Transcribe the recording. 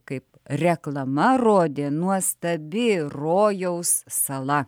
kaip reklama rodė nuostabi rojaus sala